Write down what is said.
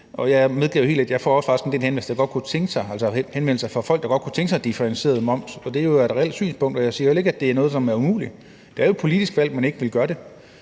Jeg medgiver helt, at jeg også får en del henvendelser fra folk, der godt kunne tænke sig differentieret moms, og det er jo et reelt synspunkt, og jeg siger heller ikke, at det er noget, som er umuligt. Det er et politisk valg, at man ikke vil gøre det.